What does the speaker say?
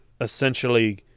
essentially